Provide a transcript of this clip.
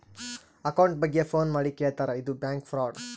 account ಬಗ್ಗೆ phone ಮಾಡಿ ಕೇಳ್ತಾರಾ ಇದು ಬ್ಯಾಂಕ್ ಫ್ರಾಡ್